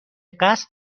قصد